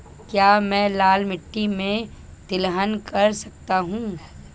क्या मैं लाल मिट्टी में तिलहन कर सकता हूँ?